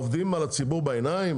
עובדים על הציבור בעיניים,